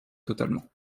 totalement